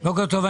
בוקר טוב.